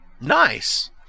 Nice